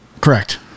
correct